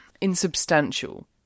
insubstantial